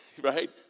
Right